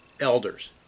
elders